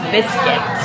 Biscuit